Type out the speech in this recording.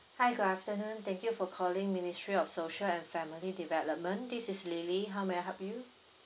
hi good afternoon thank you for calling ministry of social and family development this is lily how may I help you